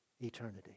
eternity